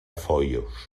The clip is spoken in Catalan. foios